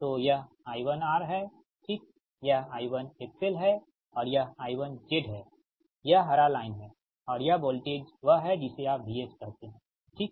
तो यह I1R है ठीक यह I1XL है और यह I1Z है यह हरा लाइन है और यह वोल्टेज वह है जिसे आप VS कहते हैं ठीक